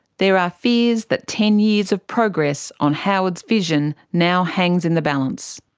there are fears that ten years of progress on howard's vision now hangs in the balance.